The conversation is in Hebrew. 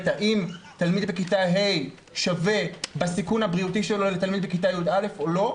האם תלמיד בכיתה ה' שווה בסיכון הבריאותי שלו לתלמיד בכיתה י"א או לא,